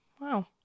Wow